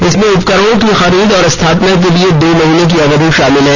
इसमें उपकरणो की खरीद और स्थापना के लिए दो महीने की अवधि शामिल है